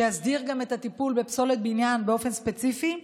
שיסדיר גם את הטיפול בפסולת בניין באופן ספציפי,